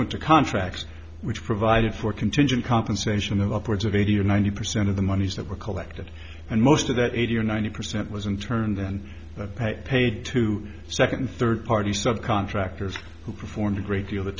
resort to contracts which provided for contingent compensation of upwards of eighty or ninety percent of the monies that were collected and most of that eighty or ninety percent was interned paid to second third party subcontractors who performed a great deal th